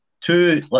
two